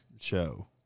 show